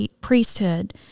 priesthood